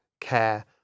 care